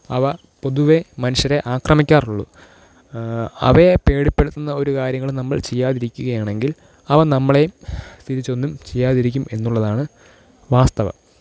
അവ പൊതുവേ മനുഷ്യരെ ആക്രമിക്കാറുള്ളൂ അവയെ പേടിപ്പെടുത്തുന്ന ഒരു കാര്യങ്ങളും നമ്മള് ചെയ്യാതിരിക്കുകയാണെങ്കില് അവ നമ്മളെയും തിരിച്ചൊന്നും ചെയ്യാതിരിക്കും എന്നുള്ളതാണ് വാസ്തവം